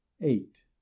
eight